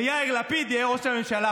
ויאיר לפיד יהיה ראש הממשלה הבא.